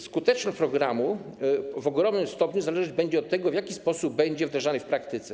Skuteczność programu w ogromnym stopniu zależeć będzie od tego, w jaki sposób będzie on wdrażany w praktyce.